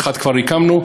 אחד כבר הקמנו,